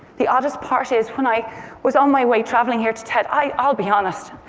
the oddest part is, when i was on my way traveling here to ted, i'll be honest,